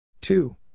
two